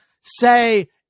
say